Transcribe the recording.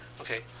Okay